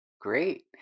Great